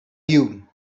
you